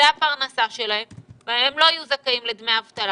וזו הפרנסה שלהם, והם לא יהיו זכאים לדמי אבטלה.